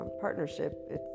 partnership